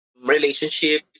relationship